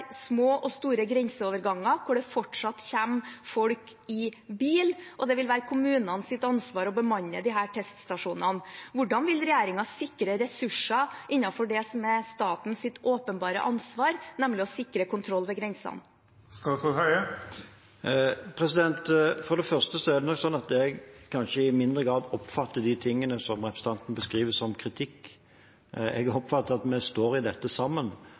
små og store grenseoverganger hvor det fortsatt kommer folk i bil, og det vil være kommunenes ansvar å bemanne disse teststasjonene. Hvordan vil regjeringen sikre ressurser til det som er statens åpenbare ansvar, nemlig å sikre kontroll ved grensen? For det første er det sånn at jeg kanskje i mindre grad oppfatter det representanten beskriver, som kritikk. Jeg oppfatter det som at vi står i dette sammen,